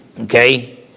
Okay